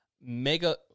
Mega